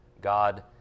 God